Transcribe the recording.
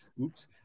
Oops